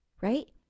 right